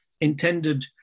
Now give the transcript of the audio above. intended